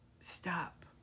Stop